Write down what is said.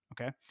Okay